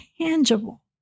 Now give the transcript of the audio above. tangible